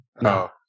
No